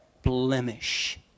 blemish